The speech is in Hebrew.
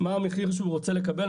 מה המחיר שהוא רוצה לקבל,